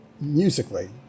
musically